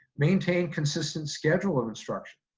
maintain consistent schedule of instruction.